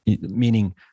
meaning